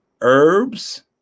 herbs